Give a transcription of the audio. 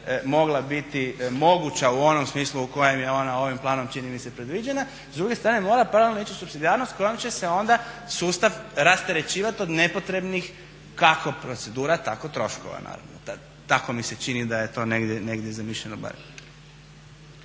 mogla biti moguća u onom smislu u kojem je ona ovim planom čini mi se predviđena, s druge strane mora paralelno ići supsidijarnost kojom će se onda sustav rasterećivati od nepotrebnih kako procedura tko troškova, tako mi se čini da je to negdje zamišljeno